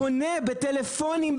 פונה בטלפונים,